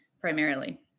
primarily